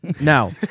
now